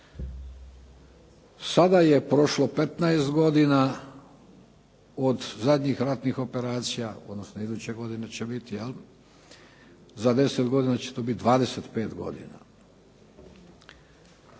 Sada je prošlo 15 godina od zadnjih ratnih operacija, odnosno iduće godine će biti, jel. Za 10 godina će to biti 25 godina.